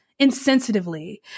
insensitively